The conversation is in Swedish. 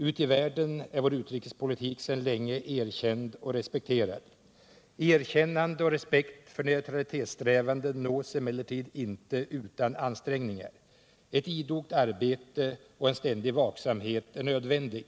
Ute i världen är vår utrikespolitik sedan länge erkänd och respekterad. Erkänsla och respekt för neutralitetssträvanden nås emellertid inte utan ansträngningar. Ett idogt arbete och en ständig vaksamhet är nödvändiga.